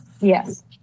Yes